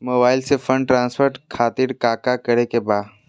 Mobile से fund transfer खातिर काका करे के बा?